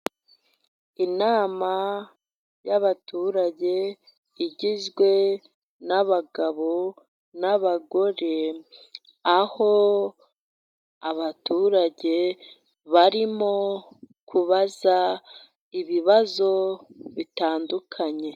Inama y'abaturage igizwe n'abagabo n'abagore, aho abaturage barimo kubaza ibibazo bitandukanye.